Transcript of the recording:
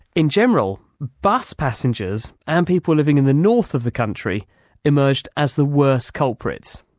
in general, bus passengers and people living in the north of the country emerged as the worst culprits.